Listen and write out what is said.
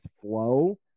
flow